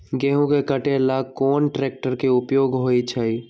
गेंहू के कटे ला कोंन ट्रेक्टर के उपयोग होइ छई?